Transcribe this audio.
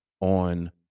on